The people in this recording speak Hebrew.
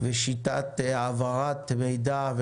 לשיטת העברת מידע,